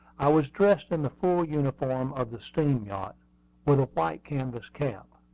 i was dressed in the full uniform of the steam-yacht, with a white canvas cap.